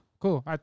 Cool